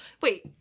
Wait